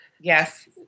Yes